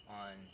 on